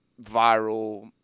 viral